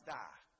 die